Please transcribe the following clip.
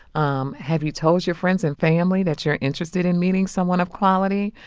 um have you told your friends and family that you're interested in meeting someone of quality?